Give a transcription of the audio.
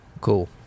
cool